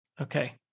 Okay